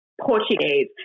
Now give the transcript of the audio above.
Portuguese